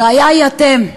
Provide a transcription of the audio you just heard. הבעיה היא אתם,